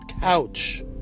couch